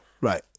right